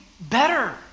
better